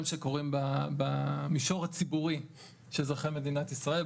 שקורים במישור הציבורי של אזרחי מדינת ישראל,